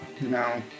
No